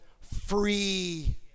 free